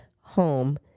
home